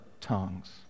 tongues